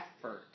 effort